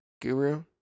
Guru